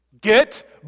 Get